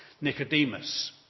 Nicodemus